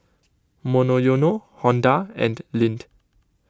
Monoyono Honda and Lindt